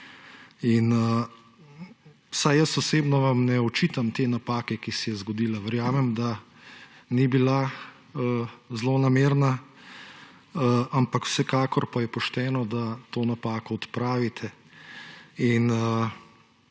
In vsaj osebno vam ne očitam te napake, ki se je zgodila, verjamem, da ni bila zlonamerna, ampak vsekakor pa je pošteno, da to napako odpravite.